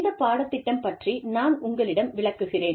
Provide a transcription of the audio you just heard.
இந்த பாடத்திட்டம் பற்றி நான் உங்களிடம் விளக்குகிறேன்